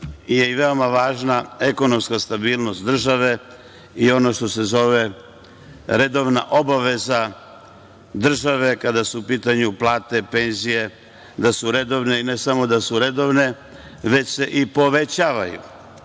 da je i veoma važna i ekonomska stabilnost države i ono što se zove redovna obaveza države kada su u pitanju plate, penzije, da su redovne, i ne samo da su redovne već se i povećavaju. Posebno